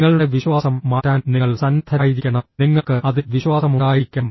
നിങ്ങളുടെ വിശ്വാസം മാറ്റാൻ നിങ്ങൾ സന്നദ്ധരായിരിക്കണം നിങ്ങൾക്ക് അതിൽ വിശ്വാസമുണ്ടായിരിക്കണം